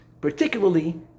particularly